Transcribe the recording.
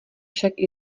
však